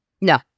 No